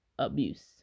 abuse